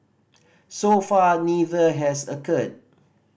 so far neither has occurred